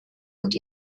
und